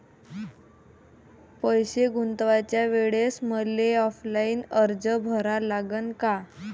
पैसे गुंतवाच्या वेळेसं मले ऑफलाईन अर्ज भरा लागन का?